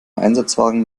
einsatzwagen